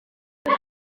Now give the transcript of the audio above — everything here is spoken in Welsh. beth